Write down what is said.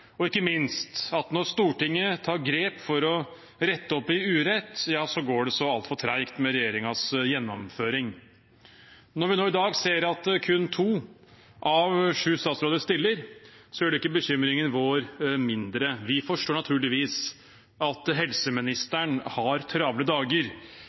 og ikke minst at når Stortinget tar grep for å rette opp i urett, ja, så går det så altfor tregt med regjeringens gjennomføring. Når vi nå i dag ser at kun to av syv statsråder stiller, gjør det ikke bekymringen vår mindre. Vi forstår naturligvis at helseministeren har travle dager,